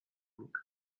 luke